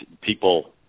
people